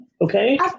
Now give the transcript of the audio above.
okay